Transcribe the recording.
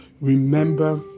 remember